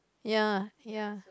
ya ya